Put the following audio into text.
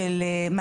כלום.